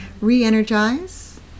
re-energize